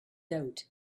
out